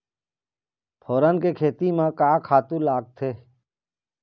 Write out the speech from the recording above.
फोरन के खेती म का का खातू लागथे?